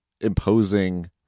imposing